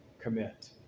commit